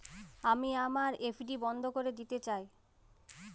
আমি আমার এফ.ডি বন্ধ করে দিতে চাই